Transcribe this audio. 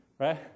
right